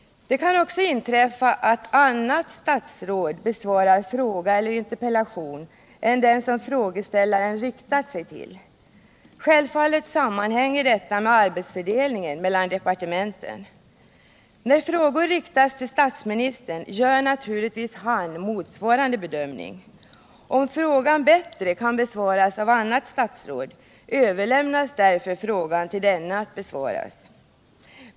Det kan också inträffa att annat statsråd besvarar en fråga eller interpellation än den som frågeställaren riktat sig till. Självfallet sammanhänger detta med arbetsfördelningen mellan departementen. När frågor riktas till statsministern gör naturligtvis han motsvarande bedömning. Om frågan bättre kan besvaras av ett annat statsråd, överlämnas frågan till denne att besvaras.